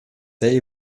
they